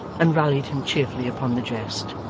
and rallied him cheerfully upon the jest.